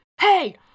Hey